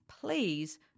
please